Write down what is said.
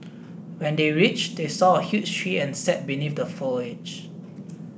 when they reached they saw a huge tree and sat beneath the foliage